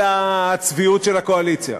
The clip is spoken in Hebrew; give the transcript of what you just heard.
אלא הצביעות של הקואליציה.